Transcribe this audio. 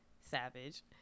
Savage